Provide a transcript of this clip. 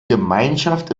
gemeinschaft